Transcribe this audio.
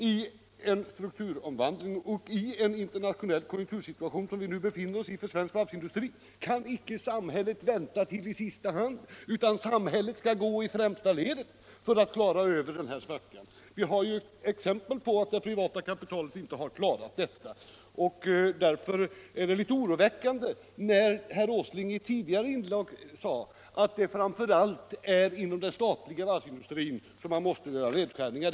I en strukturomvandling och i den internationella konjunktursituation vi befinner oss när det gäller svensk varvsindustri skall inte samhället vänta och ingripa i sista hand utan gå i främsta ledet för att kunna klara varvsindustrin över den här svackan. Vi har exempel på att det privata kapitalet inte klarat detta. Därför är det litet oroväckande när herr Åsling i ett tidigare inlägg sade att det framför allt är inom den statliga varvsindustrin som man måste göra nedskärningar.